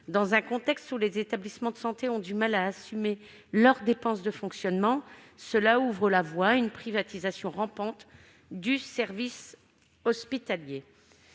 Dans un contexte où les établissements de santé ont du mal à assumer leurs dépenses de fonctionnement, cela ouvre la voie à une privatisation rampante du service hospitalier.